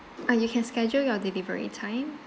uh you can schedule your delivery time